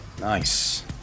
nice